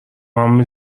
همه